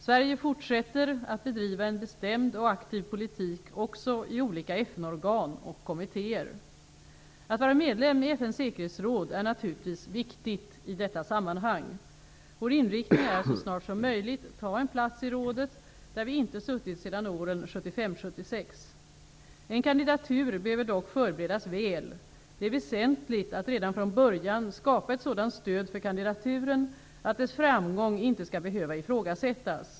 Sverige fortsätter att bedriva en bestämd och aktiv politik också i olika Att vara medlem i FN:s säkerhetsråd är naturligtvis viktigt i detta sammanhang. Vår inriktning är att så snart som möjligt ta en plats i rådet, där vi inte suttit sedan åren 1975--1976. En kandidatur behöver dock förberedas väl. Det är väsentligt att redan från början skapa ett sådant stöd för kandidaturen att dess framgång inte skall behöva ifrågasättas.